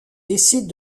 décident